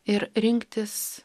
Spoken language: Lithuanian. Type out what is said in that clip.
ir rinktis